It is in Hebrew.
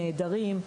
נעדרים,